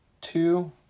two